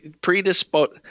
predisposed